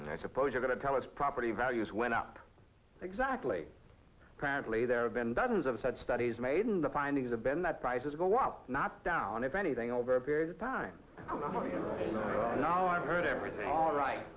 forty i suppose are going to tell us property values went up exactly apparently there have been dozens of such studies made in the findings have been that prices go up not down if anything over a period of time now i've heard everything all right